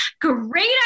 great